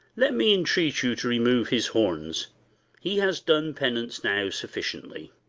let me entreat you to remove his horns he has done penance now sufficiently.